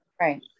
right